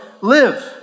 live